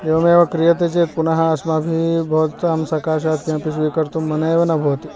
एवमेव क्रियते चेत् पुनः अस्माभिः भवतां सकाशात् किमपि स्वीकर्तुं मन एव न भवति